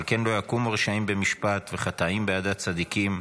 על כן לא יָקֻמוּ רשעים במשפט וחטאים בעדת צדיקים.